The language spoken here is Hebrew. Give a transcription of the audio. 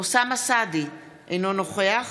אוסאמה סעדי, אינו נוכח